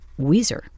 Weezer